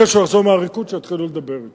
אחרי שהוא יחזור מהעריקות יתחילו לדבר אתי.